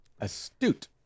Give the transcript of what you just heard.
Astute